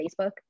Facebook